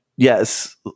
Yes